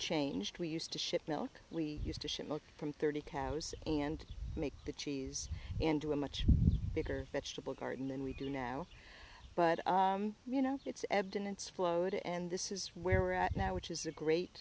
changed we used to ship milk we used to look from thirty cows and make the cheese into a much bigger vegetable garden and we can now but you know it's evidence flowed and this is where we're at now which is a great